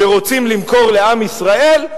שרוצים למכור לעם ישראל?